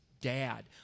dad